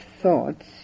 thoughts